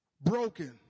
broken